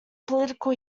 political